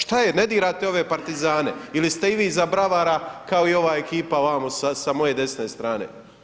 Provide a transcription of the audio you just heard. Šta je ne dirate ove partizane ili ste i vi za bravara, kao i ova ekipa vamo sa moje desne strane?